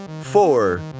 four